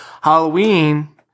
Halloween